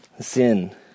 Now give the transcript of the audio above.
Sin